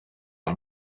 out